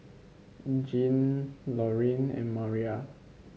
Jeanne Lorene and Mariah